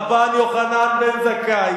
רבן יוחנן בן זכאי